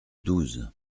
douze